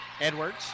Edwards